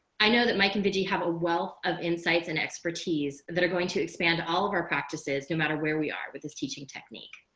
i know that my committee have a wealth of insights and expertise that are going to expand all of our practices no matter where we are with this teaching technique.